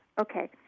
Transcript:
Okay